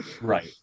Right